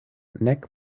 nek